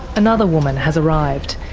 another woman has arrived,